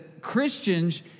Christians